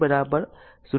તેથી t 0